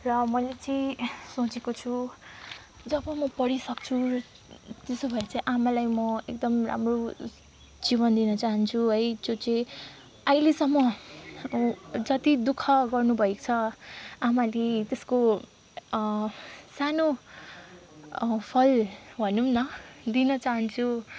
र मैले चाहिँ सोचेको छु जब म पढिसक्छु त्यसो भए चाहिँ आमालाई म एकदम राम्रो जीवन दिन चाहन्छु है जो चाहिँ अहिलेसम्म जति दुःख गर्नुभएको छ आमाले त्यसको सानो फल भनौँ न दिन चाहन्छु